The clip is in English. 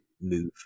move